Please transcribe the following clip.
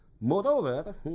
Moreover